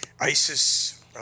ISIS